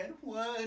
one